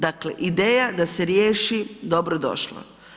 Dakle, ideja da se riješi dobro došla.